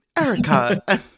Erica